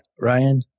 Ryan